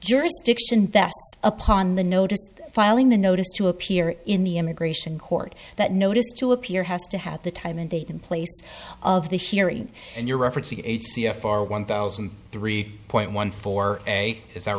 jurisdiction that upon the notice filing the notice to appear in the immigration court that notice to appear has to have the time and date in place of the hearing and you're referencing eight c f r one thousand three point one four a is that